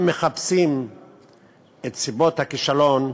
אם מחפשים את סיבות הכישלון,